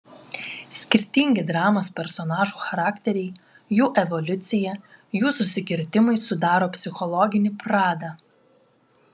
skirtingi dramos personažų charakteriai jų evoliucija jų susikirtimai sudaro psichologinį pradą